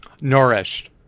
nourished